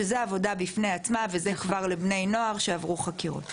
שזה עבודה בפני עצמה וזה כבר לבני נוער שעברו חקירות משטרתיות.